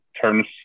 turns